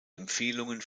empfehlungen